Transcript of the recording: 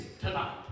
tonight